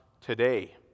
today